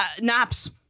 naps